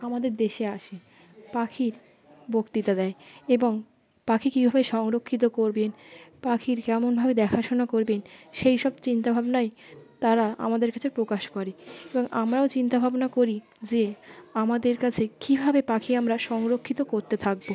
আমাদের দেশে আসে পাখির বক্তৃতা দেয় এবং পাখি কীভাবে সংরক্ষিত করবেন পাখির কেমনভাবে দেখাশোনা করবেন সেই সব চিন্তাভাবনাই তারা আমাদের কাছে প্রকাশ করে এবং আমরাও চিন্তাভাবনা করি যে আমাদের কাছে কীভাবে পাখি আমরা সংরক্ষিত করতে থাকব